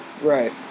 Right